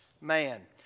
man